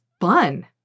fun